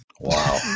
wow